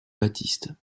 baptiste